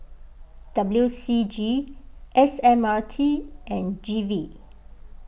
W C G S M R T and G V